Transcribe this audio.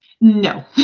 No